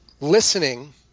listening